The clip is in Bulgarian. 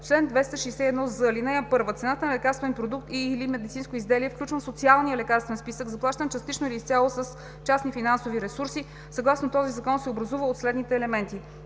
Чл. 261з. (1) Цената на лекарствен продукт и/или медицинско изделие, включван в Социалния лекарствен списък, заплащан частично или изцяло с частни финансови ресурси, съгласно този закон, се образува от следните елементи: